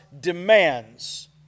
demands